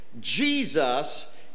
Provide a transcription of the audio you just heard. Jesus